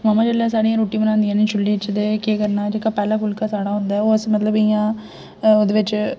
mummy जेल्लै साड़ियां रूट्टी बनादिया न चुल्ले च ते केह् करना जेह्का पैह्ला फुल्का साढ़ा होंदा ओह् अस मतलब इंया ओह्दे बिच्च